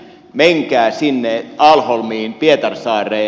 menkää sinne alholmiin pietarsaareen